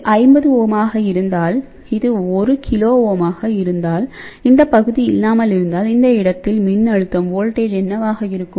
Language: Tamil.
இது 50 Ω ஆக இருந்தால் இது 1 KΩ ஆக இருந்தால் இந்த பகுதி இல்லாமல் இருந்தால் இந்த இடத்தில் மின்னழுத்தம் என்னவாக இருக்கும்